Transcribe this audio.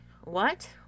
What